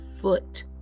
foot